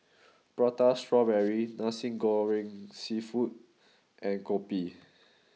Prata Strawberry Nasi Goreng Seafood and Kopi